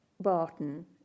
Barton